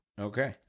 Okay